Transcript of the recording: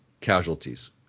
casualties